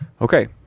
Okay